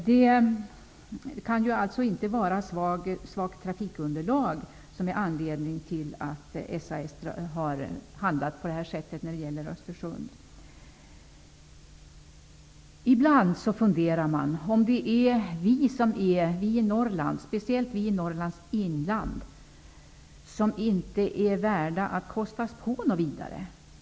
Det kan alltså inte vara svagt trafikunderlag som är anledning till att SAS har handlat på detta sätt i fråga om Ibland funderar man om det är vi i Norrland, speciellt vi i Norrlands inland, som inte är värda att kostas på.